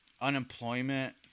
unemployment